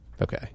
Okay